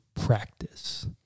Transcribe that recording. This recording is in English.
practice